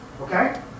Okay